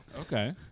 Okay